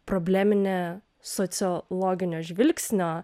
probleminė sociologinio žvilgsnio